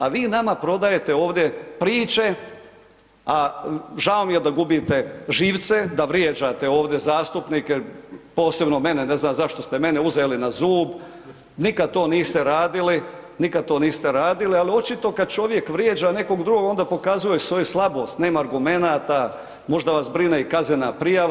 A vi nama prodajete ovdje priče, a žao mi je da gubite živce, da vrijeđate ovdje zastupnike, posebno mene, ne znam zašto ste mene uzeli na zub, nikad to niste radili, nikad to niste radili, ali očito kad čovjek vrijeđa nekog drugog onda pokazuje svoju slabost, nema argumenata, možda vas brine i kaznena prijava.